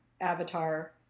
Avatar